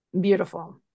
Beautiful